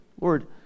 Lord